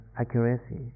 accuracy